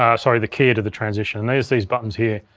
ah sorry, the keyer to the transition, and there's these buttons here.